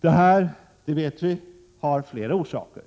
väpnade konflikter. Vi vet att detta har flera orsaker.